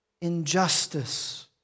Injustice